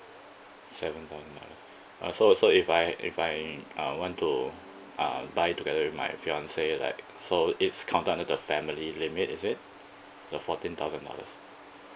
seven thousand dollar uh so so if I if I uh want to uh buy together with my fiance like so it's counted under the family limit is it the fourteen thousand dollars